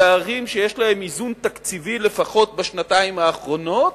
וערים שיש להן איזון תקציבי לפחות בשנתיים האחרונות.